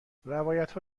روایتها